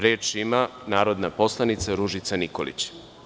Reč ima narodna poslanica Ružica Nikolić.